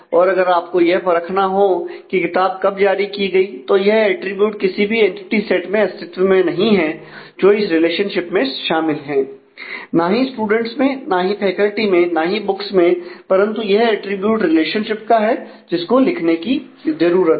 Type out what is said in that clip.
और अगर आपको यह परखना हो की किताब कब जारी की गई तो यह अटरीब्यूट किसी भी एंटिटी सेट में अस्तित्व में नहीं है जो इस रिलेशनशिप में शामिल हैं ना ही स्टूडेंट्स में ना ही फैकल्टी में ना ही बुक्स में परंतु यह अटरीब्यूट रिलेशनशिप का है जिसको लिखने की जरूरत है